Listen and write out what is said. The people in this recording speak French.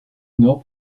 nord